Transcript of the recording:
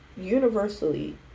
universally